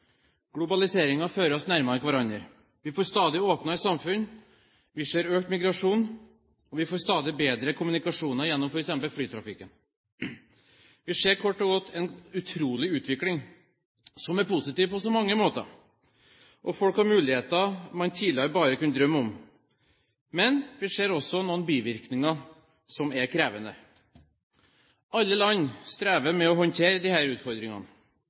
ser økt migrasjon, og vi får stadig bedre kommunikasjoner gjennom f.eks. flytrafikken. Vi ser kort og godt en utrolig utvikling som er positiv på så mange måter, og folk har muligheter som man tidligere bare kunne drømme om. Men vi ser også noen bivirkninger som er krevende. Alle land strever med å håndtere disse utfordringene. Det har ført til at man må tenke nytt om samarbeid, både i de